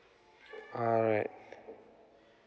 alright